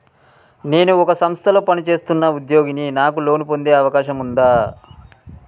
నేను ఒక సంస్థలో పనిచేస్తున్న ఉద్యోగిని నాకు లోను పొందే అవకాశం ఉందా?